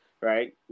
right